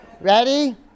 Ready